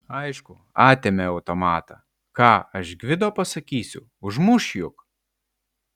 aišku atėmė automatą ką aš gvido pasakysiu užmuš juk